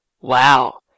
wow